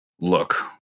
look